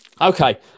Okay